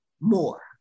more